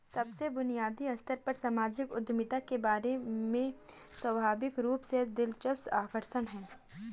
सबसे बुनियादी स्तर पर सामाजिक उद्यमियों के बारे में स्वाभाविक रूप से दिलचस्प आकर्षक है